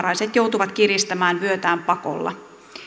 vähävaraiset joutuvat kiristämään vyötään pakolla